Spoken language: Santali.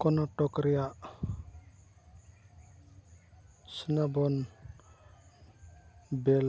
ᱠᱚᱨᱱᱟᱴᱚᱠ ᱨᱮᱱᱟᱜ ᱥᱨᱟᱵᱚᱱ ᱵᱮᱞ